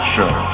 Show